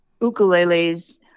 ukuleles